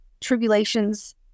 tribulations